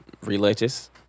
religious